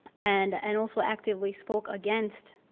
and and also actively spoke against